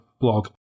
blog